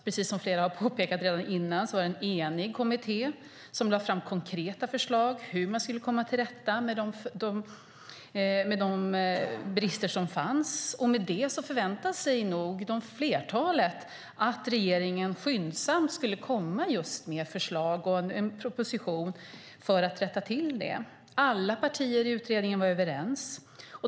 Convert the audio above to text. Precis som flera har påpekat här var det en enig kommitté som lade fram konkreta förslag på hur man skulle komma till rätta med de brister som fanns. Med det förväntade sig nog flertalet att regeringen skyndsamt skulle komma med ett förslag och en proposition för att rätta till bristerna. Alla partier i utredningen var överens.